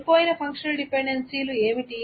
కోల్పోయిన functional dependency లు ఏమిటి